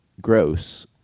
gross